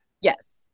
Yes